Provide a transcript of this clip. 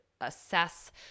assess